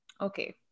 Okay